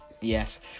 Yes